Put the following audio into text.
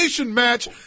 match